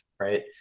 Right